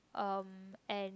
um and